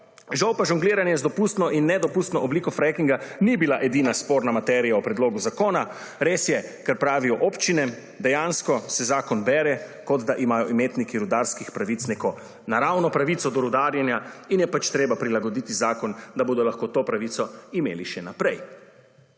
Žal pa žongliranje z dopustno in nedopustni obliko frackinga ni bila edina sporna materija o predlogu zakona. Res je kar pravijo občine, dejansko se zakon bere kot da imajo imetniki rudarskih pravic neko naravno pravico do rudarjenja in je pač treba prilagoditi zakon, da bodo lahko to pravico imeli še naprej.